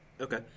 okay